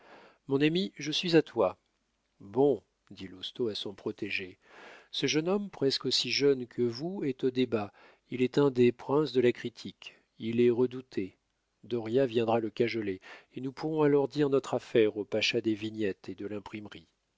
mon ami je suis à toi bon dit lousteau à son protégé ce jeune homme presque aussi jeune que vous est aux débats il est un des princes de la critique il est redouté dauriat viendra le cajoler et nous pourrons alors dire notre affaire au pacha des vignettes et de l'imprimerie